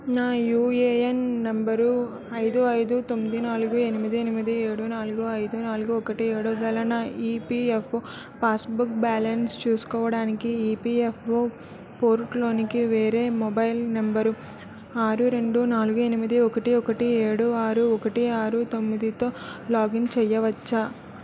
నా UAN number ఐదు ఐదు తొమ్మిది నాలుగు ఎనిమిది ఎనిమిది ఏడు నాలుగు ఐదు నాలుగు ఒకటి ఏడు గల నా ఈపిఎఫ్ఓ పాస్ బుక్ బాలన్స్ చూసుకోవడానికి ఈపిఎఫ్ఓ పోర్టులోనికి వేరే మొబైల్ నంబరు ఆరు రెండు నాలుగు ఎనిమిది ఒకటి ఒకటి ఏడు ఆరు ఒకటి ఆరు తొమ్మిదితో లాగ్ఇన్ చెయ్యవచ్చా